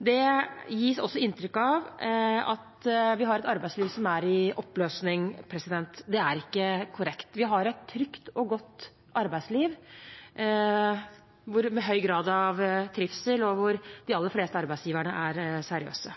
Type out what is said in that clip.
Det gis også inntrykk av at vi har et arbeidsliv som er i oppløsning. Det er ikke korrekt. Vi har et trygt og godt arbeidsliv med høy grad av trivsel, hvor de aller fleste arbeidsgiverne er seriøse.